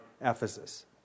Ephesus